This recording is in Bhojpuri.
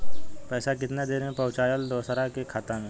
पैसा कितना देरी मे पहुंचयला दोसरा के खाता मे?